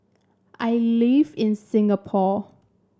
I live in Singapore